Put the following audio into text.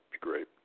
great